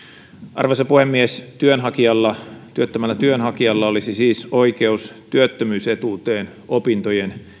arvoisa puhemies työttömällä työnhakijalla olisi siis oikeus työttömyysetuuteen opintojen